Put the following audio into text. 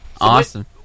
Awesome